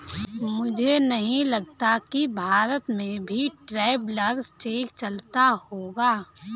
मुझे नहीं लगता कि भारत में भी ट्रैवलर्स चेक चलता होगा